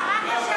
קראת את השם של,